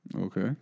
Okay